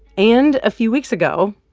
and a few weeks ago,